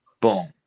Boom